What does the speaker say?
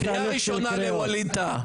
קריאה ראשונה לווליד טאהא.